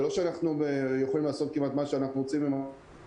אנחנו לא יכולים לעשות מה שאנחנו רוצים עם התקציב,